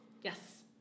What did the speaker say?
Yes